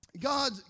God